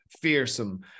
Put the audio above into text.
fearsome